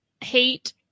hate